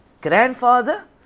grandfather